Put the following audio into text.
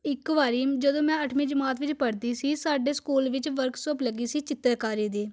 ਇੱਕ ਵਾਰੀ ਜਦੋਂ ਮੈਂ ਅੱਠਵੀਂ ਜਮਾਤ ਵਿੱਚ ਪੜ੍ਹਦੀ ਸੀ ਸਾਡੇ ਸਕੂਲ ਵਿੱਚ ਵਰਕਸੋਪ ਲੱਗੀ ਸੀ ਚਿੱਤਰਕਾਰੀ ਦੀ